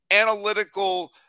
analytical